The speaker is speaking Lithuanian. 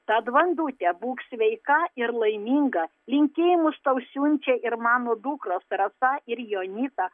tad vandute būk sveika ir laiminga linkėjimus tau siunčia ir mano dukros rasa ir jonita